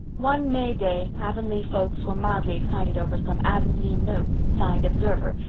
one may day avonlea folks were mildly excited over some avonlea notes, signed observer,